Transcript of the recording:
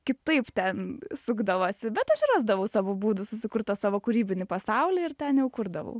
kitaip ten sukdavosi bet aš rasdavau savų būdų susikurt tą savo kūrybinį pasaulį ir ten jau kurdavau